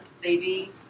baby